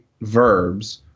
verbs